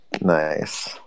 Nice